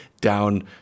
down